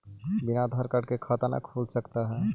बिना आधार कार्ड के खाता न खुल सकता है?